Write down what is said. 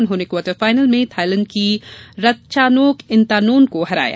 उन्होंने क्वार्टरफायनल में थाईलैड की रत्वानोक इंतानोन को हराया